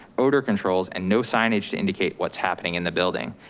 odor controls and no signage to indicate what's happening in the building.